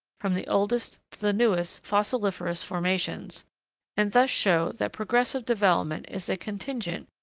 from the oldest to the newest fossiliferous formations and thus show that progressive development is a contingent,